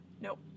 Nope